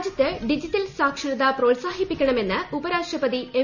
രാജ്യത്ത് ഡിജിറ്റൽ സാക്ഷരത പ്രോത്സാഹിപ്പിക്കണമെന്ന് ഉപരാഷ്ട്രപതി എം